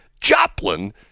Joplin